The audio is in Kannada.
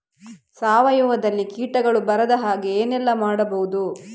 ಸಾವಯವದಲ್ಲಿ ಕೀಟಗಳು ಬರದ ಹಾಗೆ ಏನೆಲ್ಲ ಮಾಡಬಹುದು?